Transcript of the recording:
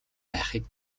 байхыг